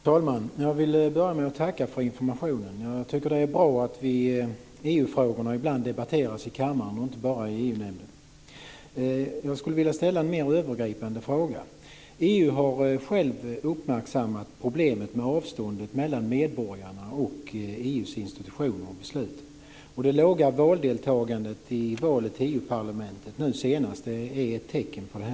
Fru talman! Jag vill börja med att tacka för informationen. Jag tycker att det är bra att EU-frågorna ibland debatteras i kammaren, inte bara i EU Jag skulle vilja ställa en mer övergripande fråga. EU har självt uppmärksammat problemet med avståndet mellan medborgarna och EU:s institutioner och beslut. Det låga valdeltagandet i det senaste valet till EU-parlamentet är ett tecken på detta.